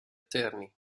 terni